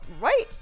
right